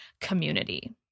community